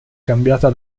cambiata